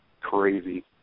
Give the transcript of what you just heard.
crazy